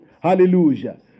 Hallelujah